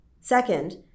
Second